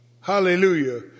hallelujah